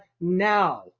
now